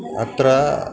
अत्र